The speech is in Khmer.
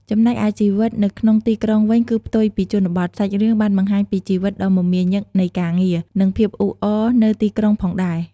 ចំណែកឯជីវិតនៅក្នុងទីក្រុងវិញគឺផ្ទុយពីជនបទ សាច់រឿងបានបង្ហាញពីជីវិតដ៏មមាញឹកនៃការងារ និងភាពអ៊ូអរនៅទីក្រុងផងដែរ ។